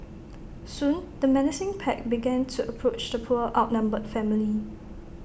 soon the menacing pack began to approach the poor outnumbered family